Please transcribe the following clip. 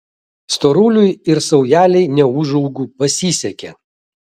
storuliui ir saujelei neūžaugų pasisekė